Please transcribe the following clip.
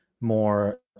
more